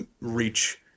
reach